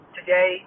Today